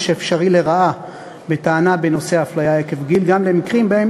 אפשרי לרעה בטענה בנושא אפליה עקב גיל גם במקרים שבהם